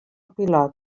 pilot